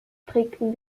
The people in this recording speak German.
prägten